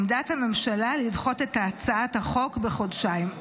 עמדת הממשלה, לדחות את הצעת החוק בחודשיים.